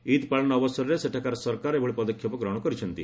ଇଦ୍ ପାଳନ ଅବସରରେ ସେଠାକାର ସରକାର ଏଭଳି ପଦକ୍ଷେପ ଗ୍ରହଣ କରିଛନ୍ତି